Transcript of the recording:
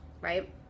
right